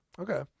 Okay